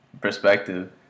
perspective